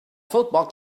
football